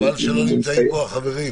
חבל שהחברים לא נמצאים פה.